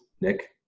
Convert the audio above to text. Nick